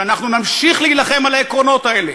שאנחנו נמשיך להילחם על העקרונות האלה,